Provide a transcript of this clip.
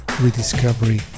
Rediscovery